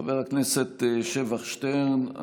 חבר הכנסת שבח שטרן,